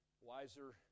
wiser